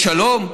יש שלום?